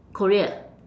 korea